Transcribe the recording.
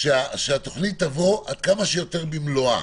שהתוכנית תבוא כמה שיותר במלואה.